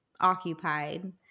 occupied